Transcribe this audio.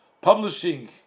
publishing